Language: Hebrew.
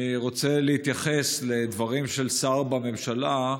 אני רוצה להתייחס לדברים של שר בממשלה,